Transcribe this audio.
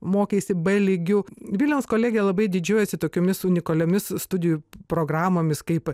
mokeisi b lygiu vilniaus kolegija labai didžiuojasi tokiomis unikaliomis studijų programomis kaip